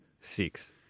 Six